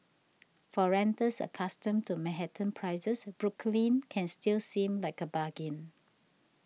for renters accustomed to Manhattan prices Brooklyn can still seem like a bargain